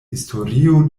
historio